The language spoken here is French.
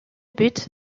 but